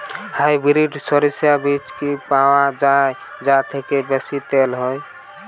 Hybrid শরিষা বীজ কি পাওয়া য়ায় যা থেকে বেশি তেল হয়?